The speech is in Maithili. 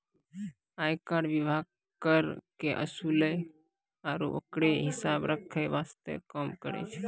आयकर विभाग कर के वसूले आरू ओकरो हिसाब रख्खै वास्ते काम करै छै